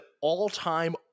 all-time